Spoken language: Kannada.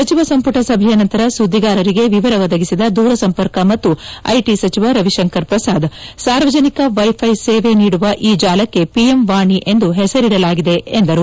ಸಚಿವ ಸಂಪುಟ ಸಭೆಯ ನಂತರ ಸುದ್ಗಿಗಾರರಿಗೆ ವಿವರ ಒದಗಿಸಿದ ದೂರ ಸಂಪರ್ಕ ಮತ್ತು ಐಟಿ ಸಚಿವ ರವಿಶಂಕರ ಪ್ರಸಾದ್ ಸಾರ್ವಜನಿಕ ವೈಥ್ವೈ ಸೇವೆ ನೀಡುವ ಈ ಜಾಲಕ್ಕೆ ಪಿಎಂ ವಾನಿ ಎಂದು ಹೆಸರಿಡಲಾಗಿದೆ ಎಂದರು